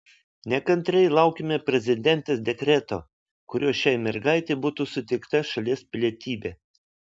nekantriai laukiame prezidentės dekreto kuriuo šiai mergaitei būtų suteikta šalies pilietybė